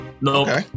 No